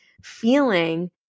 feeling